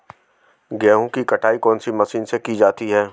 गेहूँ की कटाई कौनसी मशीन से की जाती है?